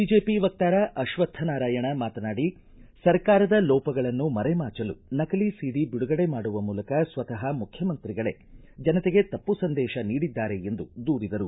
BJP ವಕ್ತಾರ ಅಕ್ವತ್ಥ ನಾರಾಯಣ್ ಮಾತನಾಡಿ ಸರ್ಕಾರದ ಲೋಪಗಳನ್ನು ಮರೆಮಾಚಲು ನಕಲಿ ಸಿಡಿ ಬಿಡುಗಡೆ ಮಾಡುವ ಮೂಲಕ ಸ್ವತಃ ಮುಖ್ಯಮಂತ್ರಿಗಳೇ ಜನತೆಗೆ ತಪ್ಪು ಸಂದೇಶ ನೀಡಿದ್ದಾರೆ ಎಂದು ದೂರಿದರು